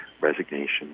resignation